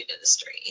industry